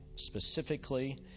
specifically